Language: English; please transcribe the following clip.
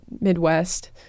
Midwest